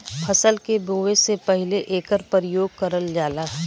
फसल के बोवे से पहिले एकर परियोग करल जाला